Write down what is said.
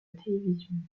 télévision